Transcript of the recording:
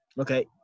Okay